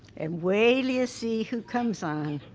and wait till you see who comes on.